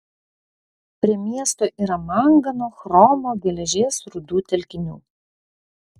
prie miesto yra mangano chromo geležies rūdų telkinių